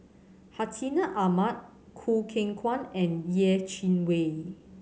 Hartinah Ahmad Choo Keng Kwang and Yeh Chi Wei